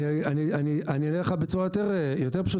אני אענה לך בצורה יותר פשוטה.